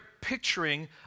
picturing